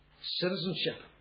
citizenship